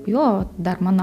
jo dar mano